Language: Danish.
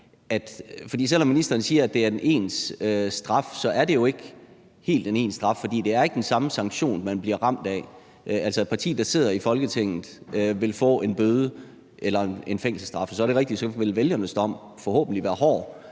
for selv om ministeren siger, at straffen vil være ens for alle, så er det jo ikke helt sådan, for det er ikke den samme sanktion, man bliver ramt af. Et parti, der sidder i Folketinget, vil få en bøde eller en fængselsstraf, og så er det rigtigt, at vælgernes dom så forhåbentlig vil være hård,